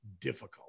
difficult